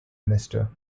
minister